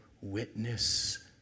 witness